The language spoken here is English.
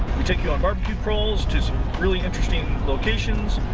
we take you on barbecue crawls to really interesting locations,